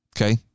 Okay